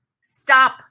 stop